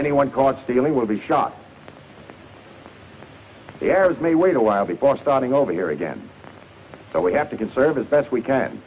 anyone caught stealing will be shots the heirs may wait a while before starting over here again so we have to conserve as best we can